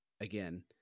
again